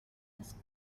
this